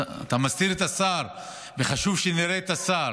אתה מסתיר את השר, וחשוב שנראה את השר.